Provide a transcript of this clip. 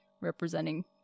representing